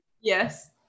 Yes